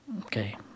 Okay